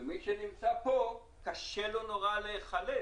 מי שנמצא כאן, קשה לו להיחלץ,